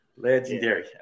Legendary